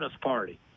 party